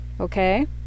Okay